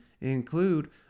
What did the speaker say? include